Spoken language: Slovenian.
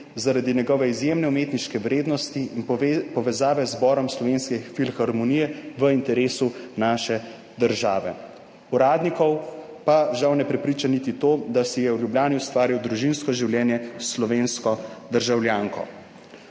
zaradi njegove izjemne umetniške vrednosti in povezave z Zborom Slovenske filharmonije v interesu naše države. Uradnikov pa,« žal, »ne prepriča niti to, da si je v Ljubljani ustvaril družinsko življenje s slovensko državljanko.«